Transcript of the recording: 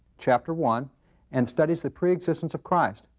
chapter one and studies the pre-existence of christ.